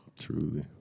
Truly